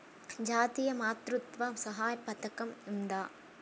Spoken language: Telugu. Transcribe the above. జాతీయ మాతృత్వ సహాయ పథకం ఉందా?